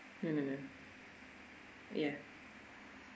mm ya